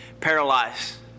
paralyzed